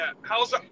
how's